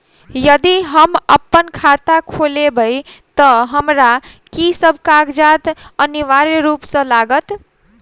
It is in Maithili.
यदि हम अप्पन खाता खोलेबै तऽ हमरा की सब कागजात अनिवार्य रूप सँ लागत?